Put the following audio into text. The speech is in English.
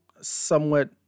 somewhat